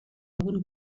algun